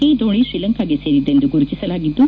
ಈ ದೋಣಿ ಶ್ರೀಲಂಕಾಗೆ ಸೇರಿದ್ದೆಂದು ಗುರುತಿಸಲಾಗಿದ್ದು